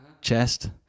chest